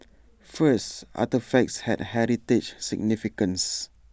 first artefacts had heritage significance